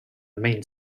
main